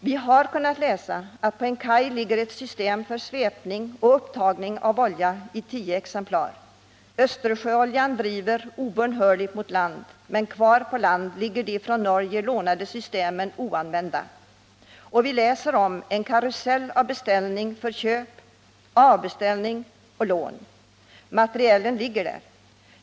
Vi har kunnat läsa om att på en kaj ligger ett system i tio exemplar för svepning och upptagning av olja. Östersjöoljan driver obönhörligt mot land, men kvar på land ligger de från Norge lånade systemen oanvända. Och vi läser om en karusell av beställning för köp, avbeställning och lån. Materielen ligger där.